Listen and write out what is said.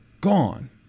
gone